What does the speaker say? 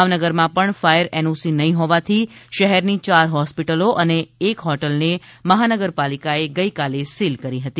ભાવનગરમાં પણ fire NOC નહીં હોવાથી શહેરની ચાર હોસ્પિટલો અને એક હોટલને મહાનગરપાલિકાએ ગઇકાલે સીલ કરી હતી